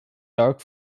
dark